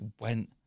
went